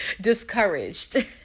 Discouraged